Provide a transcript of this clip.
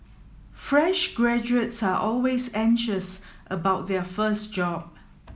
fresh graduates are always anxious about their first job